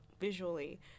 visually